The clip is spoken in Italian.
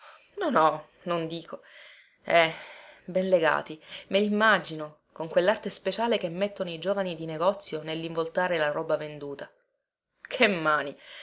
no no non dico eh ben legati me limmagino con quellarte speciale che mettono i giovani di negozio nellinvoltare la roba venduta che mani